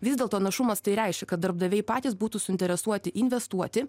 vis dėlto našumas tai reiškia kad darbdaviai patys būtų suinteresuoti investuoti